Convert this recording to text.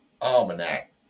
almanac